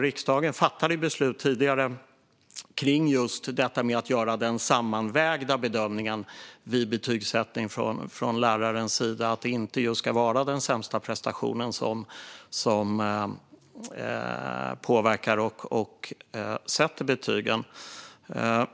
Riksdagen fattade tidigare beslut kring just detta att från lärarens sida göra den sammanvägda bedömningen vid betygssättningen så att det inte ska vara den sämsta prestationen som påverkar och sätter betygen.